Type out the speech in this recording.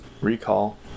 Recall